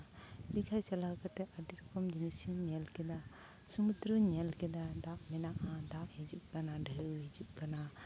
ᱫᱤᱜᱷᱟ ᱪᱟᱞᱟᱣ ᱠᱟᱛᱮ ᱟᱹᱰᱤ ᱨᱚᱠᱚᱢ ᱡᱤᱱᱤᱥᱤᱧ ᱧᱮᱞ ᱠᱮᱫᱟ ᱥᱚᱢᱩᱫᱨᱚᱧ ᱧᱮᱞ ᱠᱮᱫᱟ ᱫᱟᱜ ᱢᱮᱱᱟᱜᱼᱟ ᱫᱟᱜ ᱦᱤᱡᱩᱜ ᱠᱟᱱᱟ ᱰᱷᱮᱣ ᱦᱤᱡᱩᱜ ᱠᱟᱱᱟ